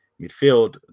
midfield